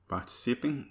Participem